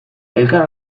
elkar